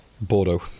Bordeaux